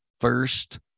first